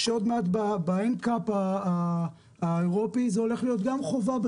שעוד מעט ב-NCAP האירופי זה הולך להיות גם חובה,